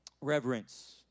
reverence